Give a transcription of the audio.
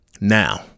Now